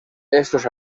estos